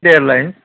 airline